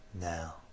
now